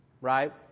Right